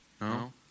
No